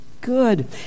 good